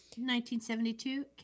1972